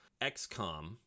XCOM